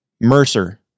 Mercer